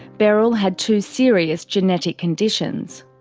beryl had two serious genetic conditions.